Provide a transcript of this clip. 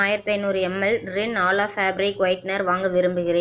நான் ஆயிரத் ஐநூறு ML Rin Ala fabric whitener வாங்க விரும்புகிறேன்